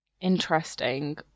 Interesting